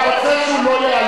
והתשובה היא: